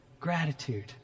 gratitude